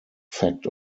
fact